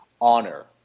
honor